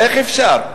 איך אפשר?